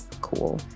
Cool